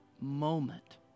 moment